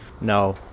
No